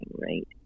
right